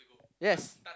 yes